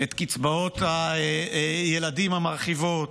את קצבאות הילדים המרחיבות,